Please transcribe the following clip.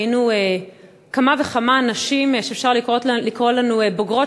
היינו כמה וכמה נשים שאפשר לקרוא לנו "בוגרות